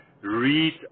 read